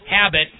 habit